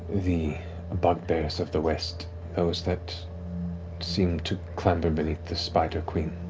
the bugbears of the west that west that seem to clamber beneath the spider queen,